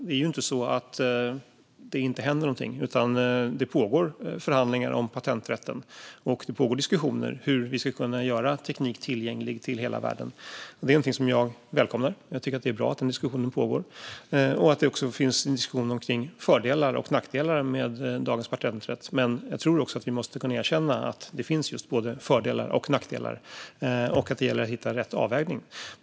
Det är ju inte så att det inte händer någonting, utan det pågår förhandlingar om patenträtten, och det pågår diskussioner om hur vi ska kunna göra teknik tillgänglig för hela världen. Det är någonting som jag välkomnar. Jag tycker att det är bra att den diskussionen pågår och att det också finns en diskussion om fördelar och nackdelar med dagens patenträtt. Men jag tror också att vi måste kunna erkänna att det finns just både fördelar och nackdelar och att det gäller att hitta rätt avvägning.